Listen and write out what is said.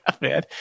man